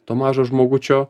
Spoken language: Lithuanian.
to mažo žmogučio